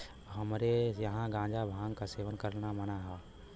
हमरे यहां गांजा भांग क सेवन करना मना हौ